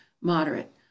moderate